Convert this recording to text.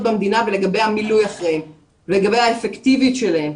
במדינה ולגבי המילוי אחריהן ולגבי האפקטיביות שלהן?